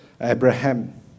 Abraham